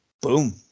Boom